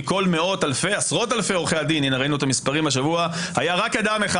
שמכל עשרות אלפי עורכי הדין ראינו את המספרים השבוע היה רק אדם אחד.